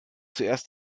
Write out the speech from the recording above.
zuerst